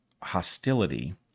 hostility